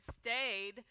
stayed